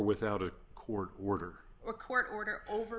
without a court order or court order over